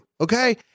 okay